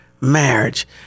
marriage